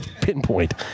pinpoint